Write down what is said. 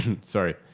sorry